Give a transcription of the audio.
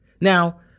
Now